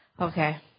Okay